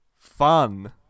fun